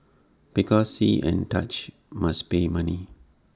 because see and touch must pay money